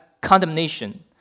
condemnation